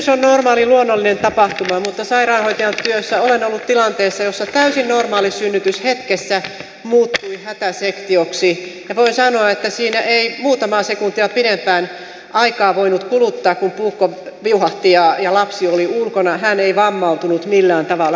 synnytys on normaali luonnollinen tapahtuma mutta sairaanhoitajan työssä olen ollut tilanteessa jossa täysin normaali synnytys hetkessä muuttui hätäsektioksi ja voin sanoa että siinä ei muutamaa sekuntia pidempään aikaa voinut kuluttaa kun puukko viuhahti ja lapsi oli ulkona hän ei vammautunut millään tavalla